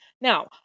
Now